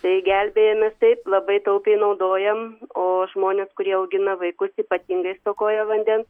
tai gelbėjamės taip labai taupiai naudojam o žmonės kurie augina vaikus ypatingai stokoja vandens